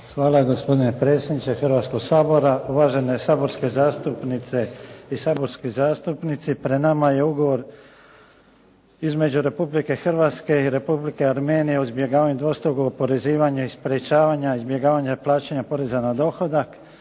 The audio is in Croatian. Hvala. Gospodine predsjedniče Hrvatskog sabora, uvažene saborske zastupnice i saborski zastupnici. Pred nama je Ugovor između Republike Hrvatske i Republike Armenije o izbjegavanju dvostrukog oporezivanja i sprječavanja izbjegavanja plaćanja poreza na dohodak.